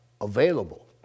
Available